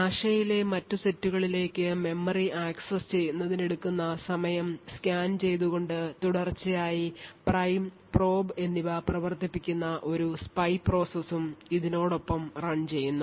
കാഷെയിലെ മറ്റു സെറ്റുകളിലേക്ക് memory access ചെയ്യുന്നതിന് എടുക്കുന്ന സമയം സ്കാൻ ചെയ്തുകൊണ്ട് തുടർച്ചയായി പ്രൈം പ്രോബ് എന്നിവ പ്രവർത്തിപ്പിക്കുന്ന ഒരു സ്പൈ പ്രോസസും ഇതിനോട് ഒപ്പം run ചെയ്യുന്നു